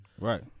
Right